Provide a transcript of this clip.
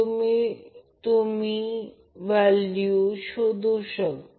हे समान इतर दोन साठी करू शकतो